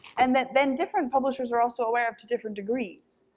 and then then different publishers are also aware of to different degrees,